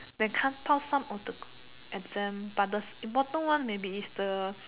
when cut off some of the exam but the important one maybe is the